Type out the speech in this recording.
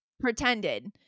Pretended